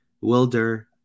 Wilder